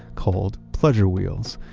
called! pleasure wheels.